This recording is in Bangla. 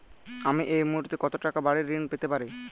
আমি এই মুহূর্তে কত টাকা বাড়ীর ঋণ পেতে পারি?